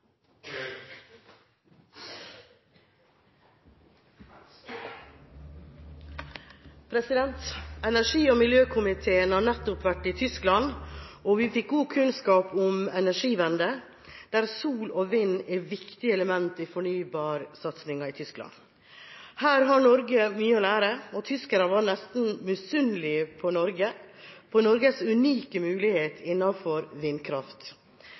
Energi- og miljøkomiteen har nettopp vært i Tyskland, og vi fikk god kunnskap om Energiewende, der sol og vind er viktige elementer i fornybarsatsinga i Tyskland. Her har Norge mye å lære. Tyskerne var nesten misunnelige på Norges unike mulighet for vindkraft.